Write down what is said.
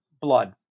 blood